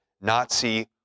Nazi